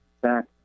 back